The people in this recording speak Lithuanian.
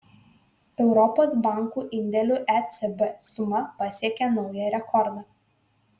europos bankų indėlių ecb suma pasiekė naują rekordą